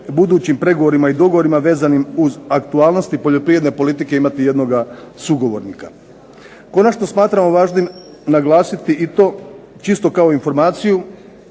budućim pregovorima i dogovorima vezanim uz aktualnosti poljoprivredne politike imati jednog sugovornika. Konačno smatramo važnim naglasiti i to čisto kao informaciju